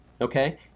Okay